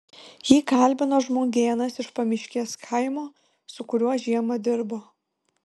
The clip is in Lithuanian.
jį kalbino žmogėnas iš pamiškės kaimo su kuriuo žiemą dirbo